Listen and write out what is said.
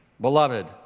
Beloved